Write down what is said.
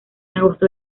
agosto